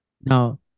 Now